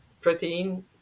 protein